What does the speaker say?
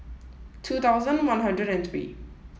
two thousand one hundred and three